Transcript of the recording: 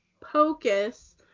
Pocus